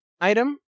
item